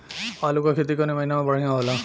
आलू क खेती कवने महीना में बढ़ियां होला?